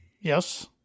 yes